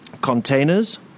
containers